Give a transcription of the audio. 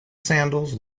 sandals